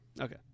okay